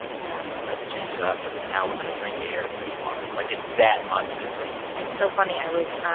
yeah let's change it up. now we're going to drink air and breathe water. like, it's that monumental it's so funny. i was